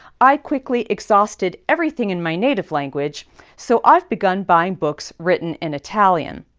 i quickly exhausted everything in my native language so i've begun buying books written in italian.